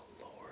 lord